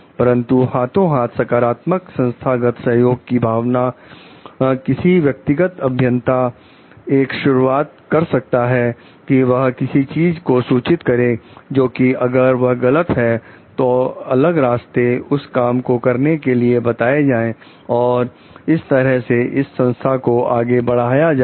परंतु हाथों हाथ सकारात्मक संस्थागत सहयोग की भावना किसी व्यक्तिगत अभियंता एक शुरुआत कर सकता है कि वह किसी चीज को सूचित करें जो कि अगर वह गलत है तो अलग रास्ते उस काम को करने के लिए बताए जाएं और इस तरह इस संस्था को आगे बढ़ाया जाए